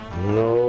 No